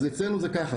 אז אצלנו זה ככה,